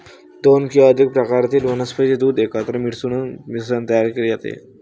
दोन किंवा अधिक प्रकारातील वनस्पतीचे दूध एकत्र मिसळून मिश्रण तयार केले जाते